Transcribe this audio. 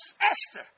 Esther